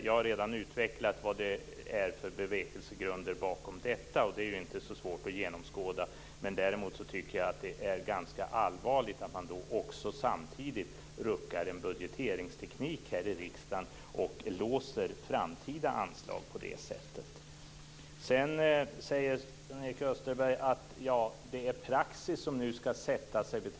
Jag har redan utvecklat vilka bevekelsegrunder som ligger bakom detta, och det är inte så svårt att genomskåda. Däremot är det ganska allvarligt att man samtidigt ruckar på budgeteringstekniken här i riksdagen och låser framtida anslag på det sättet. Sven-Erik Österberg sade att budgetlagens praxis nu skall sättas.